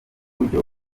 buryo